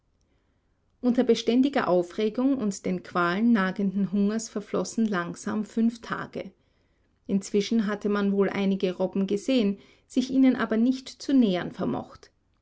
unter beständiger aufregung und den qualen nagenden hungers verflossen langsam fünf tage inzwischen hatte man wohl einige robben gesehen sich ihnen aber nicht zu nähern vermocht